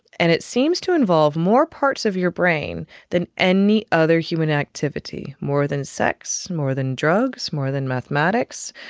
and it seems to involve more parts of your brain than any other human activity, more than sex, more than drugs, more than mathematics,